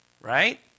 Right